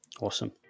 awesome